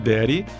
Daddy